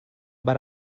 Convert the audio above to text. but